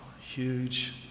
huge